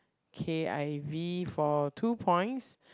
K Ivy for two points